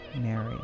Mary